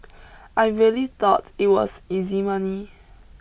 I really thought it was easy money